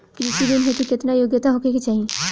कृषि ऋण हेतू केतना योग्यता होखे के चाहीं?